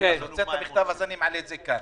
סעיף 2א, בסעיף "עובד זכאי":"